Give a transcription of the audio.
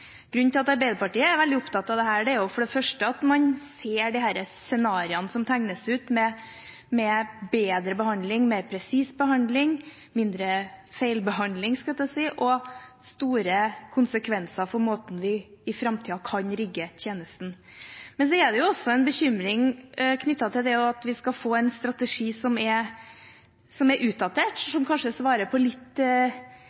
Grunnen til at Arbeiderpartiet er veldig opptatt av dette, er for det første at man ser disse scenarioene som tegnes ut, med bedre behandling, mer presis behandling, mindre feilbehandling – skulle jeg til å si – og store konsekvenser for måten vi i framtiden kan rigge tjenesten på. Men så er det også en bekymring knyttet til det at vi skal få en strategi som er utdatert, og som